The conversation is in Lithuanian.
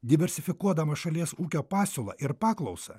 diversifikuodama šalies ūkio pasiūlą ir paklausą